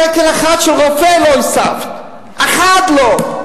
תקן אחד של רופא לא הוספת, אחד לא.